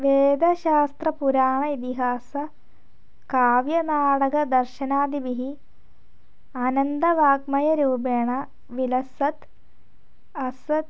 वेदशास्त्रपुराण इतिहासकाव्यनाटकदर्शनादिभिः अनन्तवाङ्मयरूपेण विलसत् अस्ति